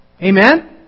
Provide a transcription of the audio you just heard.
Amen